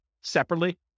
separately